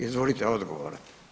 Izvolite odgovor.